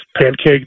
pancake